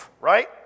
right